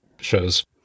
shows